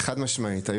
חד משמעית,